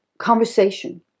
Conversation